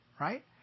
right